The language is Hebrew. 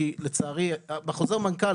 כי לצערי בחוזר המנכ"ל,